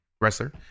wrestler